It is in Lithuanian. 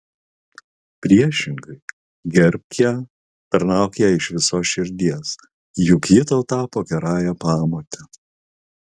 priešingai gerbk ją tarnauk jai iš visos širdies juk ji tau tapo gerąja pamote